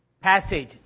passage